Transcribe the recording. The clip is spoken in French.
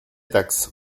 taxes